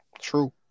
True